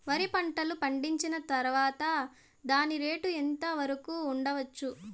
వరి పంటలు పండించిన తర్వాత దాని రేటు ఎంత వరకు ఉండచ్చు